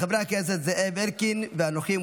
של חבר הכנסת זאב אלקין ואנוכי,